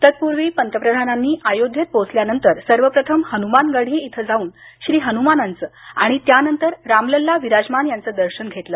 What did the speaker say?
तत्पूर्वी पंतप्रधानांनी अयोध्येत पोहोचल्यानंतर सर्वप्रथम हनुमान गढी इथं जाऊन श्री हनुमानाचं आणि त्यानंतर रामलल्ला विराजमान यांचं दर्शन घेतलं